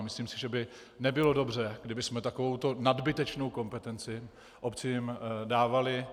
Myslím si, že by nebylo dobře, kdybychom takovouto nadbytečnou kompetenci obcím dávali.